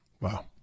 wow